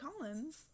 Collins